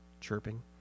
chirping